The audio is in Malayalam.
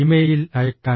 ഇമെയിൽ അയയ്ക്കാൻ